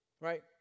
Right